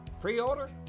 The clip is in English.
Pre-order